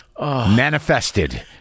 manifested